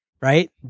Right